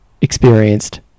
experienced